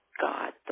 God